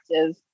active